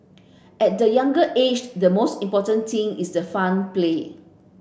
at the younger age the most important thing is the fun play